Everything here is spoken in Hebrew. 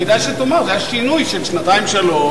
כדאי שתאמר שהיה שינוי של שנתיים-שלוש,